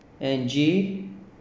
N G